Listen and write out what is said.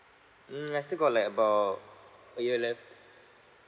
mm I still got like about a year left